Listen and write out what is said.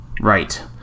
Right